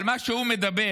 והוא מדבר